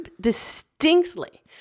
distinctly